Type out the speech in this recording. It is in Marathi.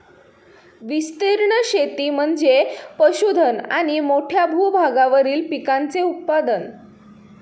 विस्तीर्ण शेती म्हणजे पशुधन आणि मोठ्या भूभागावरील पिकांचे उत्पादन